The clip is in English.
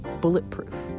bulletproof